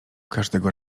każdego